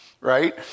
right